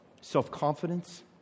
self-confidence